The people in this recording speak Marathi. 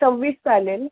सव्वीस चालेल